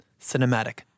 cinematic